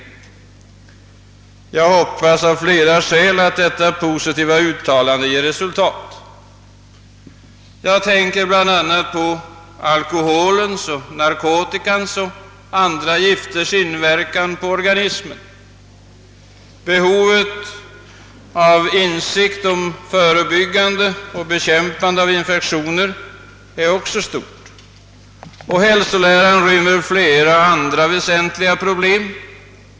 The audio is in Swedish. Jag hoppas av flera skäl att detta positiva uttalande ger resultat. Jag tänker bl.a. på alkoholens, narkotikans och andra gifters inverkan på organismen. Behovet av insikt om förebyggande åtgärder mot och bekämpandet av infektioner är också stort. Hälsoläran rymmer flera andra väsentliga problem.